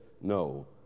no